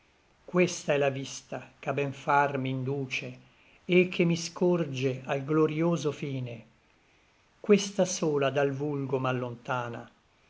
questa è la vista ch'a ben far m'induce et che mi scorge al glorïoso fine questa sola dal vulgo m'allontana